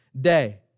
day